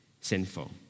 sinful